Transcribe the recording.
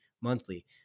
monthly